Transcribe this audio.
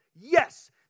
Yes